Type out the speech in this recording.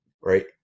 Right